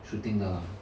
shooting 的 lah